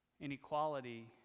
inequality